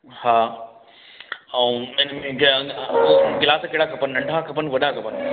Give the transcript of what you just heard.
हा ऐं उन्हनि में गिलास कहिड़ा खपनि नंढा खपनि वॾा खपनि